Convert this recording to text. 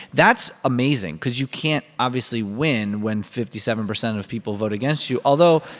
that's amazing because you can't, obviously, win when fifty seven percent of people vote against you, although.